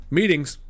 Meetings